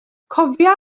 cofia